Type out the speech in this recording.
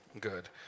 good